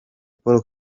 paul